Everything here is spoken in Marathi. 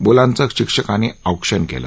मुलांचे शिक्षकांनी औक्षण केले